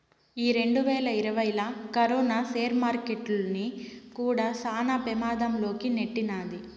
ఈ రెండువేల ఇరవైలా కరోనా సేర్ మార్కెట్టుల్ని కూడా శాన పెమాధం లోకి నెట్టినాది